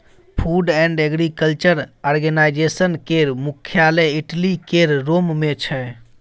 food and agriculture organization केर मुख्यालय Italy केर रोम मे छै